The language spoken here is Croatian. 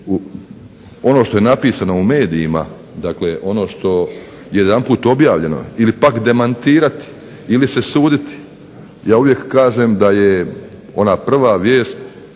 ono što je napisano u medijima, dakle ono što je jedanput objavljeno, ili pak demantirati ili se suditi, ja uvijek kažem da je ona prva vijest